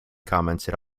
commented